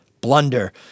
blunder